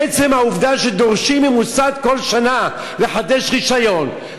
עצם העובדה שדורשים ממוסד כל שנה לחדש רישיון,